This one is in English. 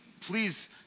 please